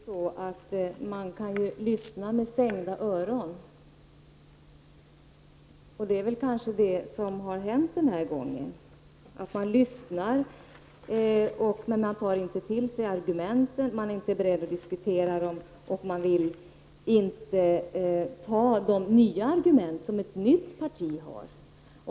Fru talman! Man kan lyssna med stängda öron. Det kanske är det som har hänt den här gången. Man lyssnar, men man tar inte till sig argumenten. Man är inte beredd att diskutera dem och man vill inte ta emot de nya argument som ett nytt parti har.